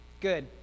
Good